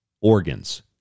organs